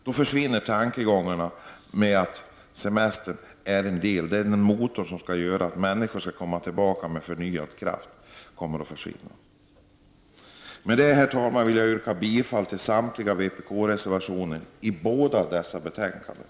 Då försvinner tankegångarna att semestern skulle vara den motor som gör att människorna kan komma tillbaka med förnyad kraft. Med detta, herr talman, yrkar jag bifall till samtliga vpk-reservationer i båda dessa betänkanden.